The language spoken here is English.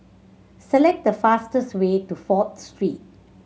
select the fastest way to Fourth Street